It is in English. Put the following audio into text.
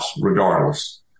regardless